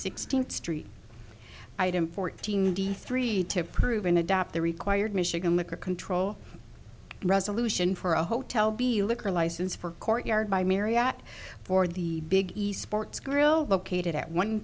sixteenth street item fourteen d three to prove and adopt the required michigan liquor control resolution for a hotel be liquor license for courtyard by marriott for the big east sports grill located at one